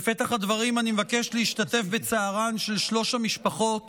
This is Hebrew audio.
בפתח הדברים אני מבקש להשתתף בצערן של שלוש המשפחות